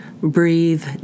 Breathe